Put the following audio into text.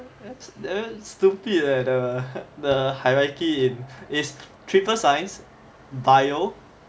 that's damn stupid leh the the hierarchy in it's triple science bio